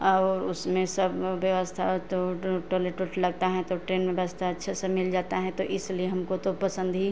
और उसमें सब व्यवस्था तो टॉलेट ओट लगता है तो ट्रेन में बस्ता अच्छे से मिल जाता है तो इसलिए हमको तो पसंद ही